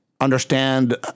understand